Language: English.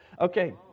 Okay